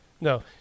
No